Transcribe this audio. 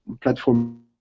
platform